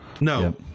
No